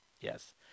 yes